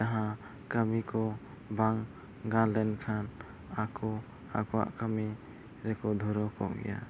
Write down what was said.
ᱡᱟᱦᱟᱸ ᱠᱟᱹᱢᱤᱠᱚ ᱵᱟᱝ ᱜᱟᱱ ᱞᱮᱱᱠᱷᱟᱱ ᱟᱠᱚ ᱟᱠᱚᱣᱟᱜ ᱠᱟᱹᱢᱤ ᱨᱮᱠᱚ ᱫᱷᱩᱨᱟᱹᱣ ᱠᱚᱜ ᱜᱮᱭᱟ